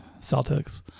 Celtics